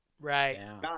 Right